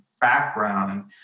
background